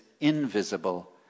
invisible